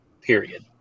Period